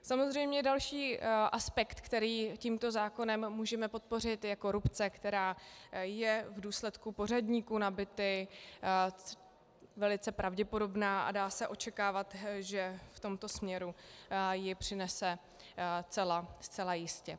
Samozřejmě další aspekt, který tímto zákonem můžeme podpořit, je korupce, která je v důsledku pořadníků na byty velice pravděpodobná, a dá se očekávat, že v tomto směru ji přinese zcela jistě.